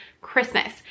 Christmas